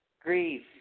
grief